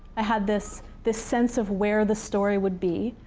i had this this sense of where the story would be.